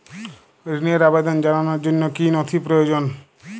ঋনের আবেদন জানানোর জন্য কী কী নথি প্রয়োজন?